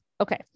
Okay